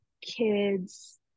kids